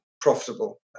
profitable